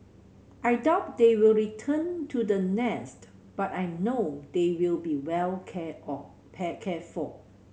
I doubt they will return to the nest but I know they will be well cared all pay cared for